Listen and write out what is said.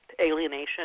alienation